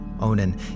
Onan